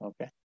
okay